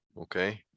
Okay